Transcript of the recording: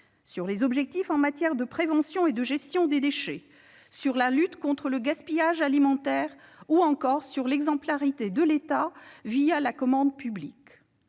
-, des objectifs en termes de prévention et de gestion des déchets, de la lutte contre le gaspillage alimentaire ou encore de l'exemplarité de l'État la commande publique.